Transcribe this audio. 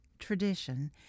Tradition